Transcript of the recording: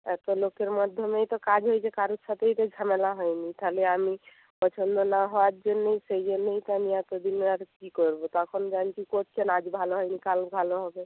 এত লোকের মাধ্যমেই তো কাজ হয়েছে কারোর সাথেই তো ঝামেলা হয়নি তাহলে আমি পছন্দ না হওয়ার জন্যেই সেই জন্যই তো আমি এত দিন আর কী করব তখন জানছি করছেন আজ ভালো হয়নি কাল ভালো হবে